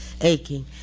aching